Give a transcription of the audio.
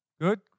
Good